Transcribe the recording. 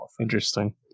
Interesting